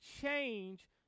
change